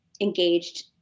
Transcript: engaged